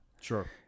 sure